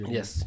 Yes